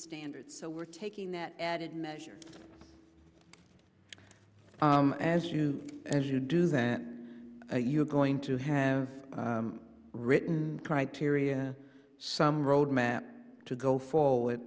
standards so we're taking that added measure as you as you do that you are going to have written criteria some roadmap to go forward